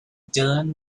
dylan